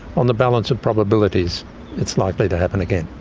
on the balance of probabilities it's likely to happen again.